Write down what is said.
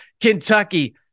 Kentucky